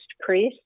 priest